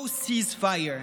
No ceasefire.